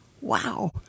Wow